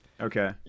Okay